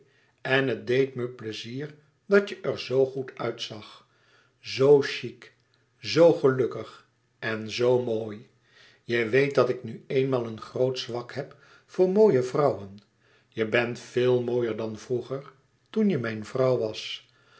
en het deed me pleizier dat je er zoo goed uitzag zoo chic en zoo gelukkig en zoo mooi je weet dat ik nu eenmaal een groot zwak heb voor mooie vrouwen je bent veel mooier dan vroeger toen je mijn vrouw was